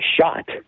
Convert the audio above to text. shot